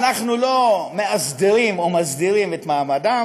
אנחנו לא מאסדרים או מסדירים את מעמדם